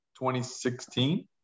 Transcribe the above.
2016